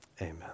amen